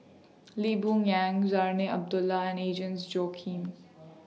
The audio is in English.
Lee Boon Yang Zarinah Abdullah and Agnes Joaquim